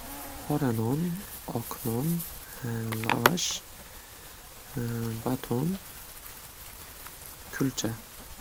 Qora non, oq non, lavash, baton, kulcha.